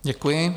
Děkuji.